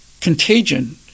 contagion